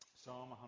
Psalm